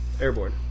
Airborne